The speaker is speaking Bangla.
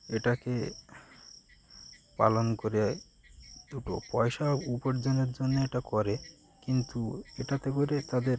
এটাকে পালন করে দুটো পয়সা উপার্জনের জন্যে এটা করে কিন্তু এটাতে করে তাদের